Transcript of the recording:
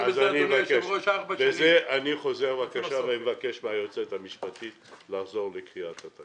אבקש מהיועצת המשפטית של הוועדה לחזור לקריאת התקנות.